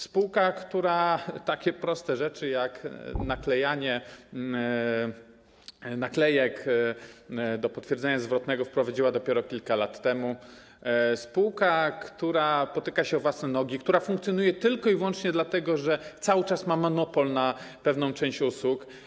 Spółka, która takie proste rzeczy jak naklejanie naklejek w celu potwierdzenia zwrotnego wprowadziła dopiero kilka lat temu, spółka, która potyka się o własne nogi, która funkcjonuje tylko i wyłącznie dlatego, że cały czas ma monopol na pewną część usług.